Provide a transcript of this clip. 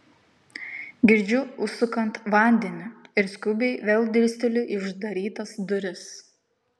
girdžiu užsukant vandenį ir skubiai vėl dirsteliu į uždarytas duris